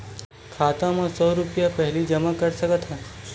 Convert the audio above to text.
खाता मा सौ रुपिया पहिली जमा कर सकथन?